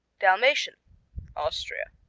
dalmatian austria